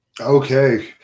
Okay